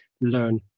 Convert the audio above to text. learn